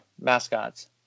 mascots